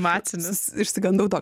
animacinis išsigandau to